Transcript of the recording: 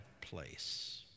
place